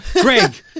Greg